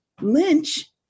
lynch